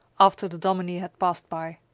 after the dominie had passed by.